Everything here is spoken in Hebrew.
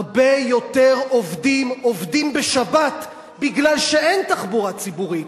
הרבה יותר עובדים עובדים בשבת משום שאין תחבורה ציבורית,